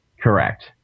Correct